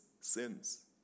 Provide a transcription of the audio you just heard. sins